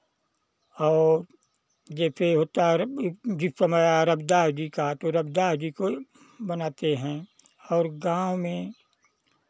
और जैसे होता है जिस समय रविदास जी का तो रविदास जी को बनाते हैं और गाँव में